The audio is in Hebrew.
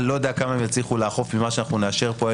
אני לא יודע כמה הם יצליחו לאכוף ממה שאנחנו נאשר פה,